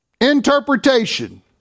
interpretation